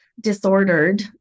disordered